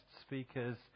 speakers